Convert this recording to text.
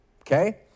okay